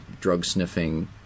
drug-sniffing